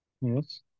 Yes